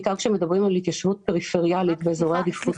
בעיקר כאשר מדברים על התיישבות פריפריאלית באזורי עדיפות